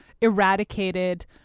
eradicated